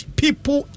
people